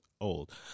old